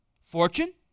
fortune